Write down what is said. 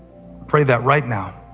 pray that right now.